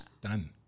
Done